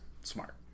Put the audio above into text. smart